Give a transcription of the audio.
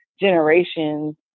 generations